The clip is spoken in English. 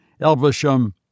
Elvisham